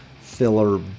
filler